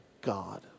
God